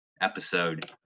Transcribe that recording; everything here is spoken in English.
episode